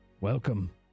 Welcome